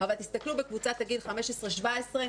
אבל תסתכלו בקבוצה הגיל 15 17,